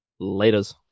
Laters